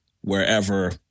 wherever